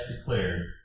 declared